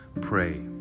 pray